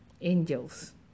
angels